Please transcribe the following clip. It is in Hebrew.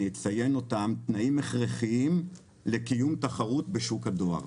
אני אציין אותם - ואלה תנאים הכרחיים לקיום תחרות בשוק הדואר.